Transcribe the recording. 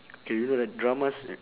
K you know like dramas